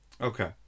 Okay